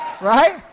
Right